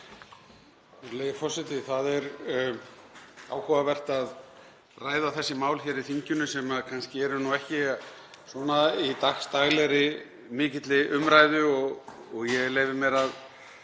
Það er áhugavert að ræða þessi mál hér í þinginu sem kannski eru ekki svona í dagsdaglegri mikilli umræðu og ég leyfi mér að